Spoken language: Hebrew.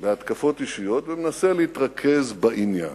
בהתקפות אישיות ומנסה להתרכז בעניין.